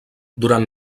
durant